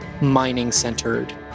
mining-centered